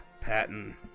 Patton